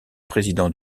président